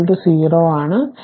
5 0 ആണ്